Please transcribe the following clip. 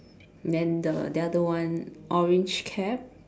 then the the other one orange cap